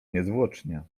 niezwłocznie